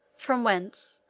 from whence,